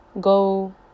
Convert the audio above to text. go